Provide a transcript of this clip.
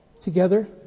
together